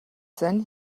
then